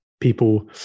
people